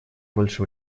больше